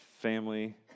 family